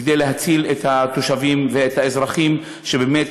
כדי להציל את התושבים ואת האזרחים שבאמת